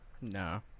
No